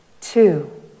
Two